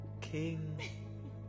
King